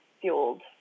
fueled